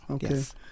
yes